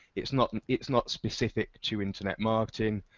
it's not and it's not specific to internet marketing.